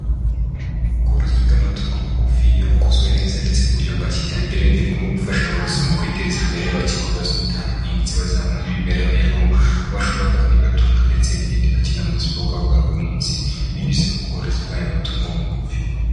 Ubworozi bw'amatungo magufi iyo bukozwe neza ndetse mu buryo bwa kijyambere ni bumwe mu bufasha abarozi mu kwiteza imbere bakemura ibibazo bitandukanye ndetse bazamura n'imibereho yabo, aho bashobora kubona ibibatunga ndetse n'ibindi bakenera mu buzima bwabo bwa buri munsi binyuze mu bworozi bw'ayo matungo magufi.